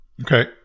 okay